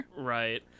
Right